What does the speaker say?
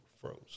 froze